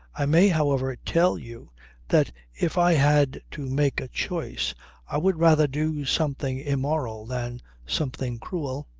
i may however tell you that if i had to make a choice i would rather do something immoral than something cruel.